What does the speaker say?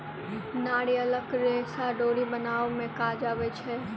नारियलक रेशा डोरी बनाबअ में काज अबै छै